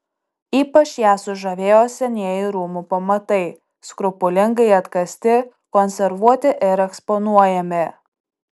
ypač ją sužavėjo senieji rūmų pamatai skrupulingai atkasti konservuoti ir eksponuojami